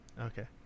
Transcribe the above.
Okay